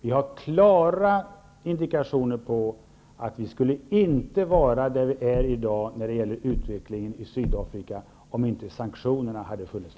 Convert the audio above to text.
Vi har klara indikationer på att vi inte skulle vara där vi är i dag när det gäller utvecklingen i Sydafrika om inte sanktionerna hade funnits.